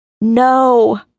No